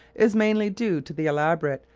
is mainly due to the elaborate,